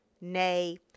Nay